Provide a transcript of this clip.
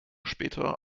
später